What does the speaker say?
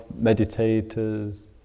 meditators